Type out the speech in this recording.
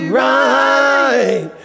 right